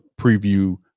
preview